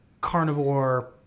carnivore